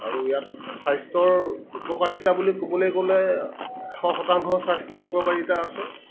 আৰু ইয়াত স্বাস্থ্যৰ উপকাৰিতা বুলি ক'বলৈ গ'লে এশ শতাংশ স্বাস্থ্যৰ উপকাৰিতা আছে